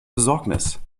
besorgnis